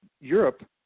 Europe